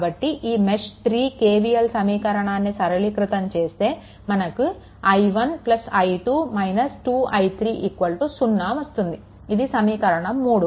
కాబట్టి ఈ mesh three KVL సమీకరణాన్ని సరళీకృతం చేస్తే మనకు i1 i2 - 2i3 0 వస్తుంది ఇది సమీకరణం 3